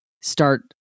start